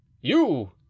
you